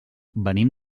venim